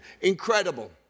Incredible